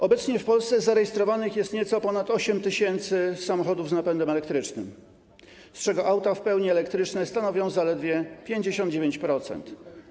Obecnie w Polsce zarejestrowanych jest nieco ponad 8 tys. samochodów z napędem elektrycznym, z czego auta w pełni elektryczne stanowią zaledwie 59%.